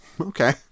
Okay